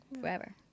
Forever